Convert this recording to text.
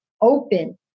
open